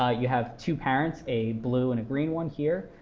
ah you have two parents, a blue and green one, here.